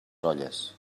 olles